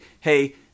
Hey